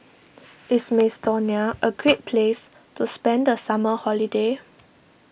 is Macedonia a great place to spend the summer holiday